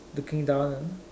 looking down ah